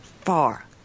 far